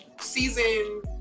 season